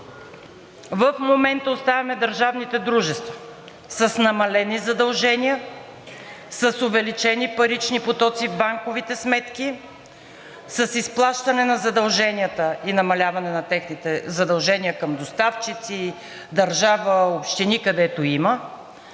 в момента оставяме държавните дружества с намалени задължения, с увеличени парични потоци в банковите сметки, с изплащане на задълженията и намаляване на техните задължения към доставчици – държава, общини, където има,